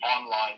online